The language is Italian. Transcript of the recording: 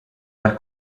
dal